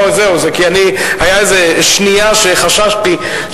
היתה איזו שנייה שחששתי.